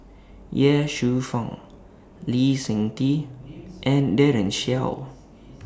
Ye Shufang Lee Seng Tee and Daren Shiau